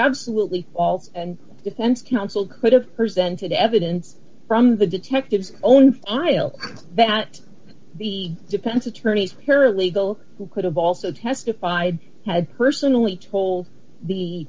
absolutely false and the defense counsel could have presented evidence from the detective's own file that the defense attorney's paralegal who could have also testified had personally told the